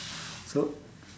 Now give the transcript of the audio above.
so